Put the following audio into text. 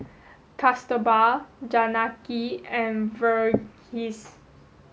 Kasturba Janaki and Verghese